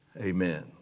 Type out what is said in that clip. Amen